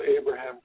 Abraham